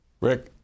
RICK